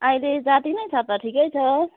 अहिले जातिनै छ त ठिकै छ